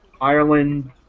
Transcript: Ireland